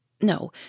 No